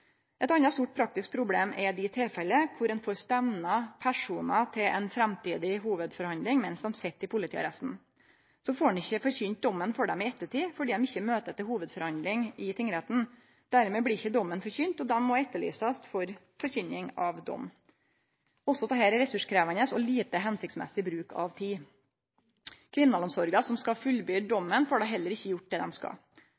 Eit anna stort praktisk problem er dei tilfella der ein får stemna personar til ei framtidig hovudforhandling mens dei sit i politiarresten, og så får ein ikkje forkynt dommen for dei i ettertid fordi dei ikkje møter til hovudforhandling i tingretten. Dermed blir ikkje dommen forkynt, og dei må etterlysast for forkynning av dom. Også dette er ressurskrevjande og lite hensiktsmessig bruk av tid. Kriminalomsorga som skal